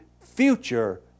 future